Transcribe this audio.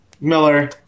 Miller